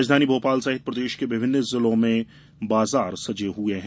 राजधानी भोपाल सहित प्रदेश के विभिन्न जिलों में बाजार सजे हुए है